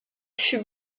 fut